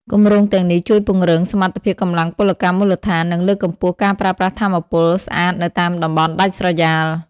គម្រោងទាំងនេះជួយពង្រឹងសមត្ថភាពកម្លាំងពលកម្មមូលដ្ឋាន និងលើកកម្ពស់ការប្រើប្រាស់ថាមពលស្អាតនៅតាមតំបន់ដាច់ស្រយាល។